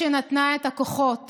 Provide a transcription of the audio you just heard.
היא שנתנה את הכוחות